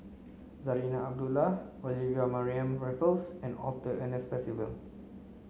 Zarinah Abdullah Olivia Mariamne Raffles and Arthur Ernest Percival